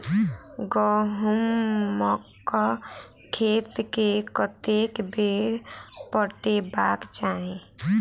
गहुंमक खेत केँ कतेक बेर पटेबाक चाहि?